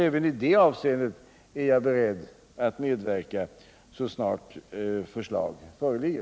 Även i det avseendet är jag beredd att medverka så snart förslag föreligger.